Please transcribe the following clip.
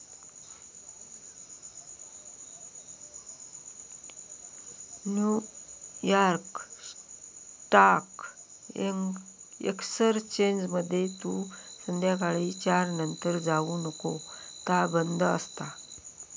new York stock एक्सचेंजमध्ये तू संध्याकाळी चार नंतर जाऊ नको ता बंद असता